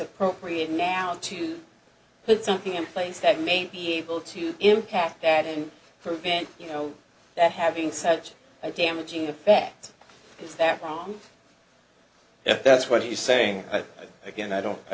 appropriate now to put something in place that may be able to impact that and for van you know that having such a damaging effect is that wrong if that's what you saying but again i don't i